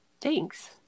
Thanks